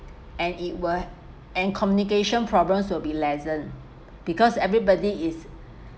and it will and communication problems will be lessened because everybody is